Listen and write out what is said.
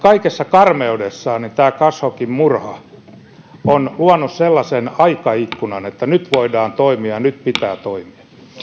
kaikessa karmeudessaan tämä khashoggin murha on luonut sellaisen aikaikkunan että nyt voidaan toimia ja nyt pitää toimia